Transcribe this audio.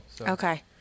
Okay